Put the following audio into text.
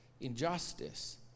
injustice